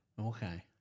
Okay